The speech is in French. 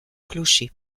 clochers